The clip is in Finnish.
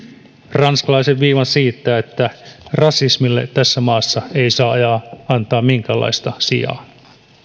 ranskalaisen viivan siitä että rasismille tässä maassa ei saa antaa minkäänlaista sijaa